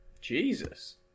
Jesus